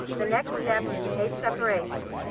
the next step is tape preparation.